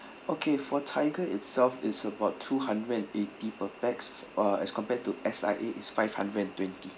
okay for Tiger itself is about two hundred and eighty per pax uh as compared to S_I_A is five hundred and twenty